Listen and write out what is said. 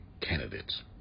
candidates